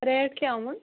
rate کیٛاہ یِمَن